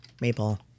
Maple